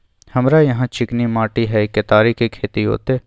हमरा यहाँ चिकनी माटी हय केतारी के खेती होते?